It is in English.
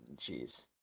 Jeez